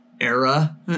era